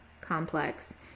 complex